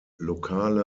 lokale